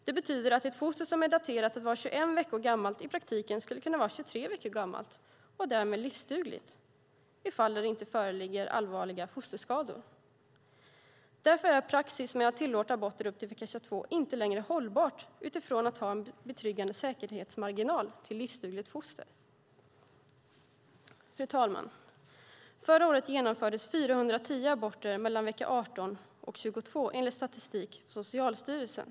Det betyder att ett foster som är daterat att vara 21 veckor gammalt i praktiken skulle kunna vara 23 veckor gammalt och därmed livsdugligt i fall där det inte föreligger allvarliga fosterskador. Därför är praxis med att tillåta aborter upp till vecka 22 inte längre hållbart utifrån att ha en betryggande säkerhetsmarginal till livsdugliga foster. Fru talman! Förra året genomfördes 410 aborter mellan vecka 18 och 22, enligt statistik från Socialstyrelsen.